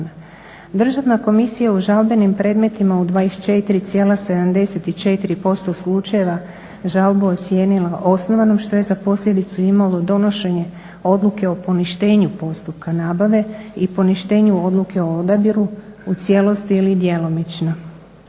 Državna komisija u žalbenim predmetima u 24,74% slučajeva žalbu ocijenila osnovanom što je za posljedicu imalo donošenje odluke o poništenju postupka nabave i poništenju odluke o odabiru u cijelosti ili djelomično.